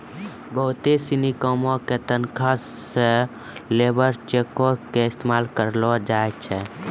बहुते सिनी कामो के तनखा मे सेहो लेबर चेको के इस्तेमाल करलो जाय छै